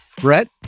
Brett